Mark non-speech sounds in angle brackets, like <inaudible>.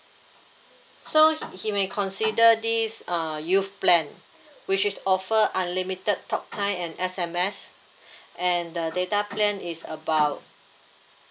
so he may consider this uh youth plan which is offer unlimited talk time and S_M_S <breath> and the data plan is about